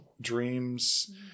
dreams